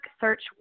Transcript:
search